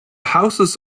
houses